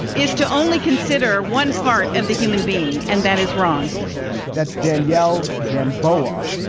is to only consider one part and the human being. and that is wrong that's daniele gamboa.